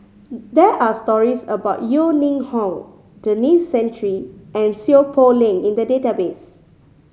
there are stories about Yeo Ning Hong Denis Santry and Seow Poh Leng in the database